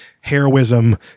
heroism